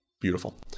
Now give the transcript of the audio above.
Beautiful